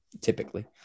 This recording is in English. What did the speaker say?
Typically